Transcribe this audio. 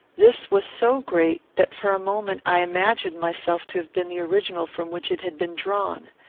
this was so great that for a moment i imagined myself to have been the original from which it had been drawn.